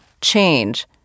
change